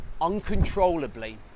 uncontrollably